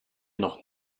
noch